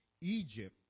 Egypt